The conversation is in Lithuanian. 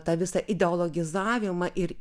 tą visą ideologizavimą ir